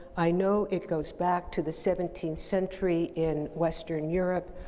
i know it goes back to the seventeenth century in western europe,